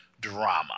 drama